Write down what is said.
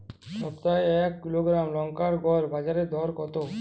সপ্তাহে এক কিলোগ্রাম লঙ্কার গড় বাজার দর কতো?